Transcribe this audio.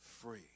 free